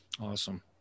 Awesome